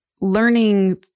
learning